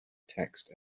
text